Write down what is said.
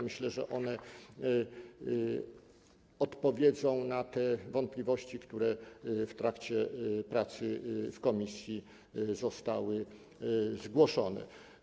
Myślę, że one odpowiedzą na te wątpliwości, które w trakcie pracy w komisji zostały zgłoszone.